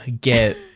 get